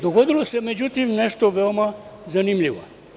Dogodilo se međutim nešto veoma zanimljivo.